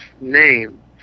name